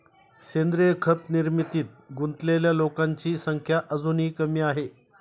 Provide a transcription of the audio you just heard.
सेंद्रीय खत निर्मितीत गुंतलेल्या लोकांची संख्या अजूनही कमी आहे